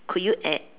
could you add